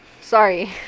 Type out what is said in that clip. sorry